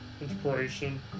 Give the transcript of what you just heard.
inspiration